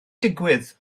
digwydd